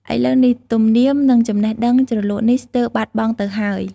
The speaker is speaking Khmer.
ឥឡូវនេះ ទំនៀម និងចំណេះជ្រលក់នេះស្ទើរបាត់បង់ទៅហើយ។